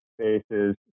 spaces